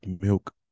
milk